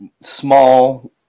small